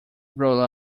roll